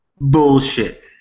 bullshit